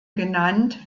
genannt